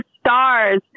stars